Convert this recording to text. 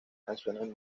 canciones